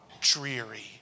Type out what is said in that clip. dreary